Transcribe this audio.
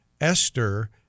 Esther